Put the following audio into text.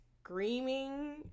screaming